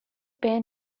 been